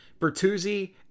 Bertuzzi